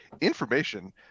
information